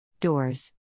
Doors